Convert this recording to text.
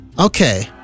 okay